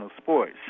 sports